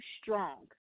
strong